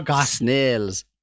Snails